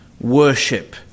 worship